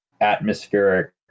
atmospheric